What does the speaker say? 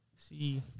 See